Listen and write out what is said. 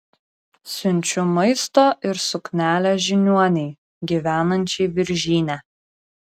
siunčiu maisto ir suknelę žiniuonei gyvenančiai viržyne